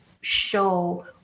show